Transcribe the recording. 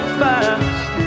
fast